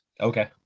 okay